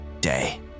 day